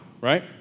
right